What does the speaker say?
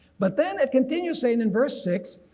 but then it continues saying in verse six.